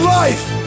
life